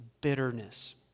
bitterness